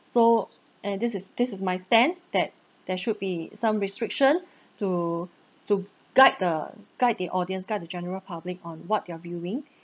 so and this is this is my stand that there should be some restriction to to guide the guide the audience guide the general public on what their viewing